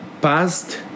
past